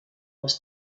was